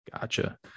Gotcha